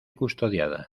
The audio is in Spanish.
custodiada